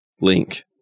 Link